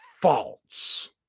false